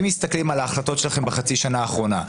אם מסתכלים על ההחלטות שלכם בחצי השנה האחרונה,